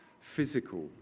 Physical